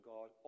God